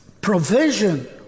provision